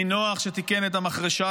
מנוח שתיקן את המחרשה,